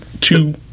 two